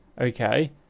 okay